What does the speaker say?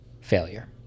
failure